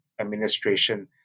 administration